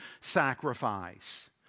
sacrifice